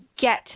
get